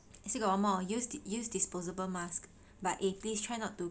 still got one more used to use disposable masks but eh please try not to